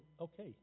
okay